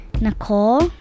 Nicole